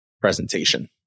presentation